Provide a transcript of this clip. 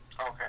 Okay